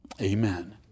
Amen